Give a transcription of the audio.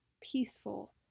peaceful